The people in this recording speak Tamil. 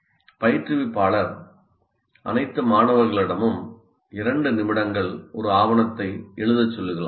பயிற்றுவிப்பாளர் அனைத்து மாணவர்களிடமும் 2 நிமிடங்கள் ஒரு ஆவணத்தை எழுதச் சொல்லலாம்